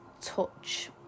touch